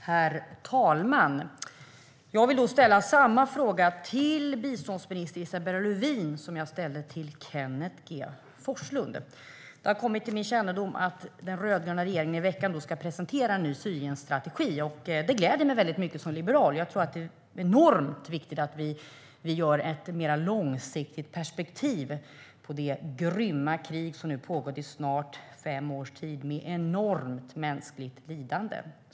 Herr talman! Jag vill ställa samma fråga till biståndsminister Isabella Lövin som jag ställde till Kenneth G Forslund. Det har kommit till min kännedom att den rödgröna regeringen ska presentera en ny Syrienstrategi i veckan. Det gläder mig som liberal mycket. Jag tror att det är enormt viktigt att vi har ett mer långsiktigt perspektiv på det grymma krig som har pågått i snart fem års tid nu. Det har orsakat enormt mänskligt lidande.